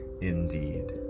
indeed